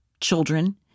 children